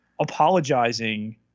apologizing